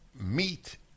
meet